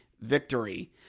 victory